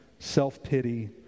self-pity